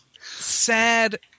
sad